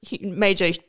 major